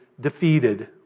defeated